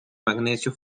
magnesio